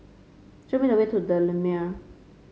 show me the way to the Lumiere